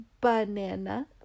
banana